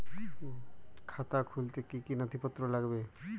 খাতা খুলতে কি কি নথিপত্র লাগবে?